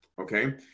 Okay